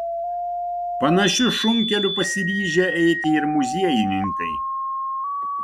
panašiu šunkeliu pasiryžę eiti ir muziejininkai